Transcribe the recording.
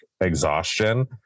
exhaustion